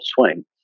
swing